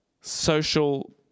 social